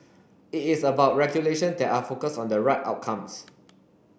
it is about regulation that are focused on the right outcomes